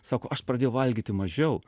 sako aš pradėjau valgyti mažiau